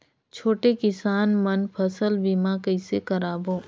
छोटे किसान मन फसल बीमा कइसे कराबो?